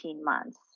months